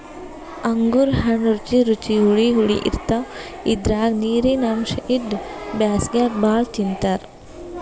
ಅಂಗೂರ್ ಹಣ್ಣ್ ರುಚಿ ರುಚಿ ಹುಳಿ ಹುಳಿ ಇರ್ತವ್ ಇದ್ರಾಗ್ ನೀರಿನ್ ಅಂಶ್ ಇದ್ದು ಬ್ಯಾಸ್ಗ್ಯಾಗ್ ಭಾಳ್ ತಿಂತಾರ್